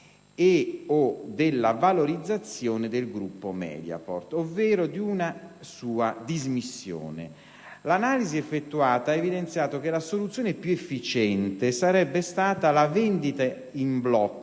e/o della valorizzazione del gruppo Mediaport ovvero di una sua dismissione. L'analisi effettuata ha evidenziato che la soluzione più efficiente sarebbe stata la vendita in blocco